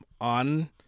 on